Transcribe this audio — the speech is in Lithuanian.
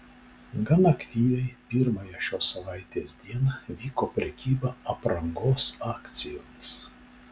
gan aktyviai pirmąją šios savaitės dieną vyko prekyba aprangos akcijomis